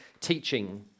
teaching